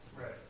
Right